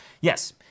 Yes